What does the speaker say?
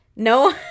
No